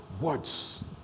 words